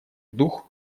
дух